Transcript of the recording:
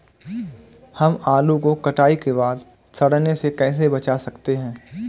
हम आलू को कटाई के बाद सड़ने से कैसे बचा सकते हैं?